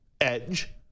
Edge